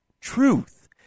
Truth